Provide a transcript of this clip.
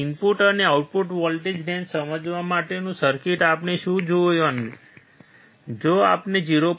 input અને output voltage range સમજવા માટેનું સર્કિટ આપણે શું જોવાનું છે જો આપણે 0